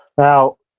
now,